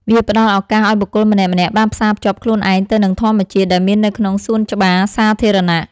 វាផ្ដល់ឱកាសឱ្យបុគ្គលម្នាក់ៗបានផ្សារភ្ជាប់ខ្លួនឯងទៅនឹងធម្មជាតិដែលមាននៅក្នុងសួនច្បារសាធារណៈ។